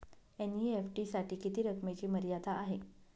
NEFT साठी किती रकमेची मर्यादा आहे?